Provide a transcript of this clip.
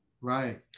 Right